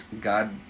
God